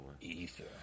Ether